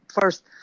first